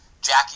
Jackie